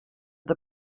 the